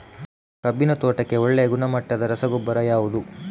ಕಬ್ಬಿನ ತೋಟಕ್ಕೆ ಒಳ್ಳೆಯ ಗುಣಮಟ್ಟದ ರಸಗೊಬ್ಬರ ಯಾವುದು?